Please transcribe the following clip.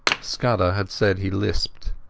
scudder had said he lisped,